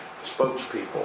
spokespeople